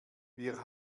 wir